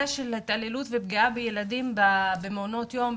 של התעללות ופגיעה בילדים במעונות יום,